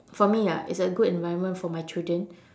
for me lah it's a good environment for my children